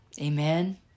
Amen